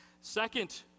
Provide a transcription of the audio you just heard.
second